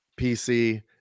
PC